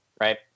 right